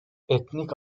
etnik